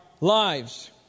lives